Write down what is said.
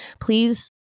Please